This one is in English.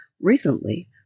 Recently